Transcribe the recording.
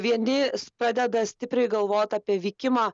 vieni pradeda stipriai galvot apie vykimą